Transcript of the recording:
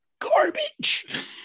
garbage